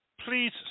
please